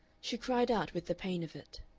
she cried out with the pain of it.